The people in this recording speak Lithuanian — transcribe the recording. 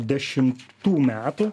dešimtų metų